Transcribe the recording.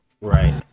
right